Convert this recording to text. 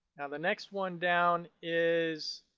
now the next one down is,